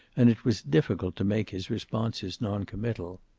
and it was difficult to make his responses noncommittal.